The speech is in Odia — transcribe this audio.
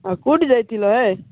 କୋଉଠି ଯାଇଥିଲ ହେ